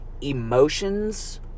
emotions